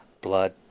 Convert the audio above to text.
blood